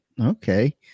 Okay